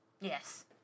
Yes